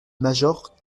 major